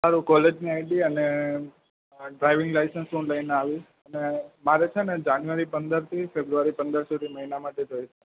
સારું કોલેજની આઈડી અને ડ્રાઇવિંગ લાયસન્સ હું લઈને આવીશ અને મારે છે ને જાન્યુઆરી પંદરથી ફેબ્રુઆરી પંદર સુધી મહિના માટે જોઈ